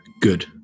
good